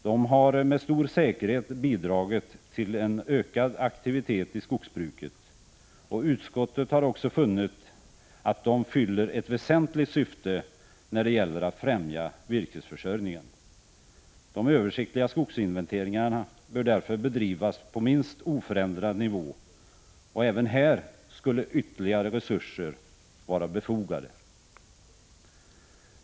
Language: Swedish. De har med stor säkerhet bidragit till en ökad aktivitet i skogsbruket, och utskottet har också funnit att de fyller ett väsentligt syfte när det gäller att främja virkesförsörjningen. De översiktliga skogsinventeringarna bör därför bedrivas på minst oförändrad nivå, och även här skulle ytterligare resurser vara befogade.